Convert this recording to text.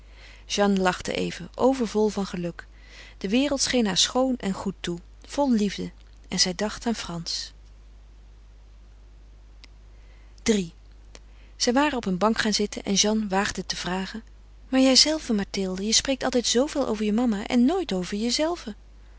jeanne lachte even overvol van geluk de wereld scheen haar schoon en goed toe vol liefde en zij dacht aan frans iii zij waren op een bank gaan zitten en jeanne waagde te vragen maar jijzelve mathilde je spreekt altijd zooveel over je mama en nooit over jezelve